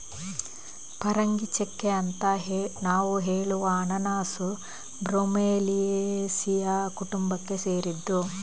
ಪರಂಗಿಚೆಕ್ಕೆ ಅಂತ ನಾವು ಹೇಳುವ ಅನನಾಸು ಬ್ರೋಮೆಲಿಯೇಸಿಯ ಕುಟುಂಬಕ್ಕೆ ಸೇರಿದ್ದು